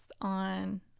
on